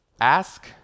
ask